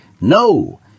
No